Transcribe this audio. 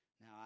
Now